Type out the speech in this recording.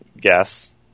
guess